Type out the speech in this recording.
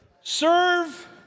serve